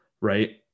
right